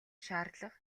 шаардлага